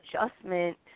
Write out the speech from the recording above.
adjustment